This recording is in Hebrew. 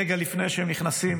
רגע לפני שהם נכנסים